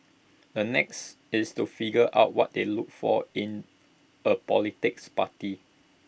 the next is to figure out what they looked for in A politicals party